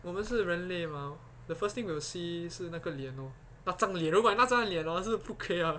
我们是人类 mah the first thing we will see 是那个脸 lor 那张脸如果那张脸是不可以啊